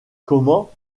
comment